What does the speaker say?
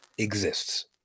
exists